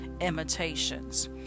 imitations